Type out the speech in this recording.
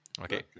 Okay